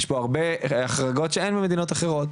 יש פה הרבה החרגות שאין במדינות אחרות,